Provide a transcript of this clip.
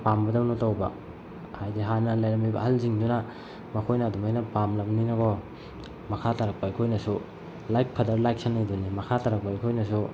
ꯄꯥꯝꯕꯗꯧꯅ ꯇꯧꯕ ꯍꯥꯏꯗꯤ ꯍꯥꯟꯅ ꯂꯩꯔꯝꯃꯤꯕ ꯑꯍꯜꯁꯤꯡꯗꯨꯅ ꯃꯈꯣꯏꯅ ꯑꯗꯨꯃꯥꯏꯅ ꯄꯥꯝꯂꯕꯅꯤꯅ ꯀꯣ ꯃꯈꯥ ꯇꯥꯔꯛꯄ ꯑꯩꯈꯣꯏꯅꯁꯨ ꯂꯥꯏꯛ ꯐꯥꯗꯔ ꯂꯥꯏꯛ ꯁꯟ ꯍꯥꯏꯗꯨꯅꯤ ꯃꯈꯥ ꯇꯥꯔꯛꯄ ꯑꯩꯈꯣꯏꯅꯁꯨ